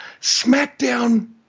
SmackDown